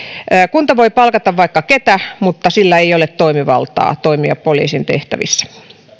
kunta voi palkata vaikka ketä mutta sillä ei ole toimivaltaa toimia poliisin tehtävissä